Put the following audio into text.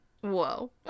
Whoa